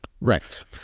Right